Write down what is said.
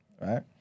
right